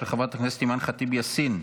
של חברת הכנסת אימאן ח'טיב יאסין,